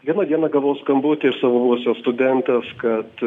vieną dieną gavau skambutį iš savo buvusios studentės kad